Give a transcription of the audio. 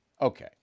Okay